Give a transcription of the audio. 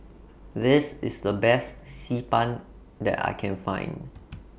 This IS The Best Xi Ban that I Can Find